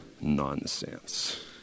nonsense